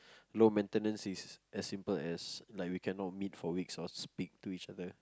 low maintenance is as simple as like we can not meet for weeks or speak to each other